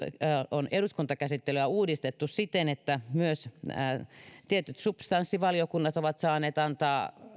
on eduskuntakäsittelyä uudistettu siten että myös tietyt substanssivaliokunnat ovat saaneet antaa